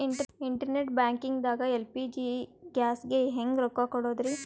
Internet banking ದಾಗ LPG ಗ್ಯಾಸ್ಗೆ ಹೆಂಗ್ ರೊಕ್ಕ ಕೊಡದ್ರಿ?